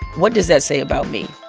what does that say about me?